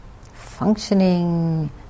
Functioning